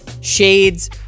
Shades